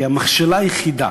כי המכשלה היחידה